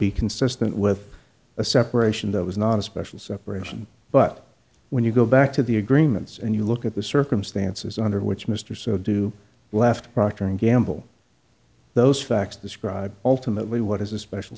be consistent with a separation that was not a special separation but when you go back to the agreements and you look at the circumstances under which mr so do left procter and gamble those facts describe ultimately what is a special